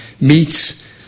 meets